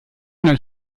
nel